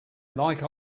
like